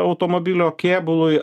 automobilio kėbului ar nu